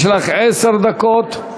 יש לך עשר דקות.